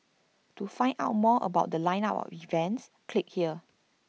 to find out more about The Line up of events click here